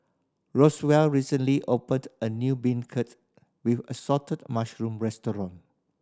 Roswell recently opened a new beancurd with assorted mushroom restaurant